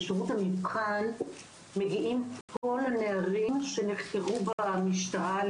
לשירות המבחן מגיעים כל הנערים שנחקרו במשטרה על